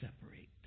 separate